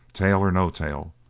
tail or no tail,